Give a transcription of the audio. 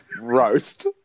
roast